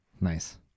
Nice